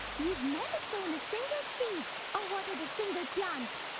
you've never sown a single seed or watered a single plant.